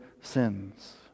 sins